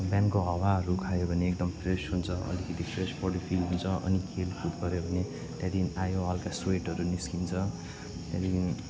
बिहानको हावाहरू खायो भने एकदम फ्रेस हुन्छ अलिकति फ्रेस बडी फिल हुन्छ अनि खेलकुद गऱ्यो भने त्यहाँदेखि आयो हल्का स्वेटहरू निस्किन्छ त्यहाँदेखि